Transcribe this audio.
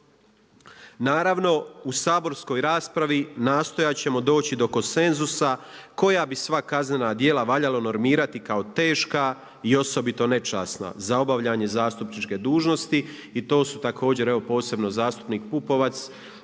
Naravno, u saborskoj raspravi nastojat ćemo doći do konsenzusa koja bi sva kaznena djela valjalo normirati kao teška i osobito nečasna za obavljanje zastupničke dužnosti. I to su također evo posebno zastupnik Pupovac